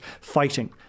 fighting